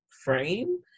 frame